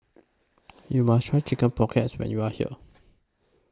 YOU must Try Chicken Pockets when YOU Are here